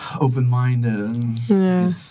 open-minded